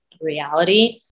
reality